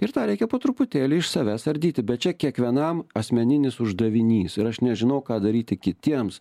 ir tą reikia po truputėlį iš savęs ardyti bet čia kiekvienam asmeninis uždavinys ir aš nežinau ką daryti kitiems